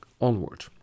onward